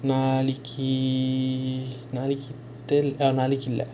நாளைக்கி நாளைக்கி நாளைக்கி இல்ல:naalaikki naalaikki naalaikki illa